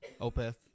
Opeth